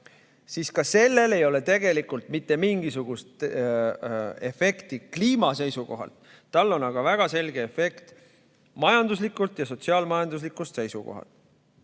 siis ka sellel ei ole tegelikult mitte mingisugust efekti kliima seisukohalt. Tal on aga väga selge efekt majanduslikust ja sotsiaal-majanduslikust seisukohast.